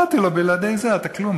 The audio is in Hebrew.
אמרתי לו: בלעדי זה אתה כלום,